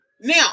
Now